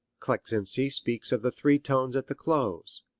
kleczynski speaks of the three tones at the close.